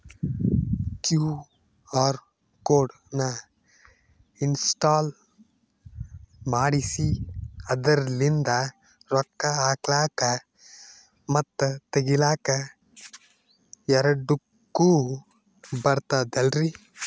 QR code ನ install ಮಾಡೆಸಿ ಅದರ್ಲಿಂದ ರೊಕ್ಕ ಹಾಕ್ಲಕ್ಕ ಮತ್ತ ತಗಿಲಕ ಎರಡುಕ್ಕು ಬರ್ತದಲ್ರಿ?